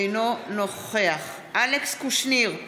אינו נוכח אלכס קושניר,